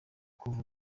kuva